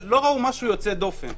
הם לא ראו משהו יוצא דופן.